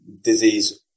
disease